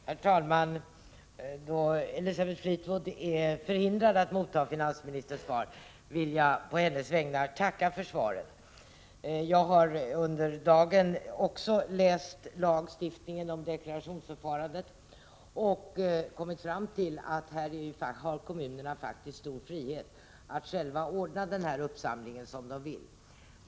Herr talman! Då Elisabeth Fleetwood är förhindrad att motta finansministerns svar vill jag på hennes vägnar tacka för det. Jag har under dagen läst de lagar som gäller deklarationsförfarandet och kommit fram till att kommunernai detta fall faktiskt har stor frihet att själva ordna denna uppsamling som de vill.